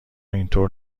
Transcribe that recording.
اینطور